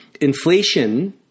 Inflation